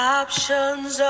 options